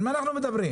על מה אנחנו מדברים?